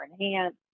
enhance